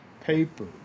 paper